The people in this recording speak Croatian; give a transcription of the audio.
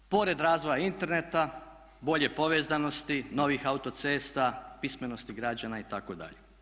I to pored razvoja interneta, bolje povezanosti, novih autocesta, pismenosti građana itd.